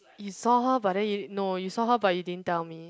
you saw her but then no you saw her but then you didn't tell me